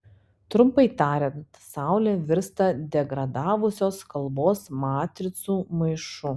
trumpai tariant saulė virsta degradavusios kalbos matricų maišu